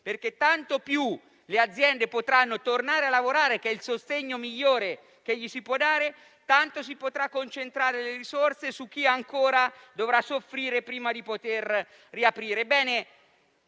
tanto più le aziende potranno tornare a lavorare (il sostegno migliore che si può loro dare), tanto più si potranno concentrare le risorse su chi ancora dovrà soffrire prima di poter riaprire.